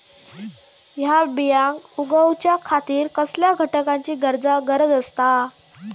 हया बियांक उगौच्या खातिर कसल्या घटकांची गरज आसता?